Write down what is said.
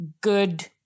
good